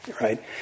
right